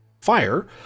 fire